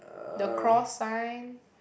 the cross sign